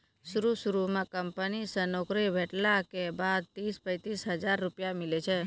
शुरू शुरू म कंपनी से नौकरी भेटला के बाद तीस पैंतीस हजार रुपिया मिलै छै